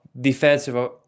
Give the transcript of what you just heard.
Defensive